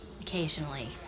occasionally